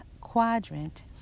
Quadrant